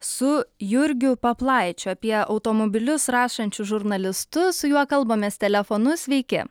su jurgiu paplaičiu apie automobilius rašančiu žurnalistu su juo kalbamės telefonu sveiki